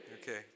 Okay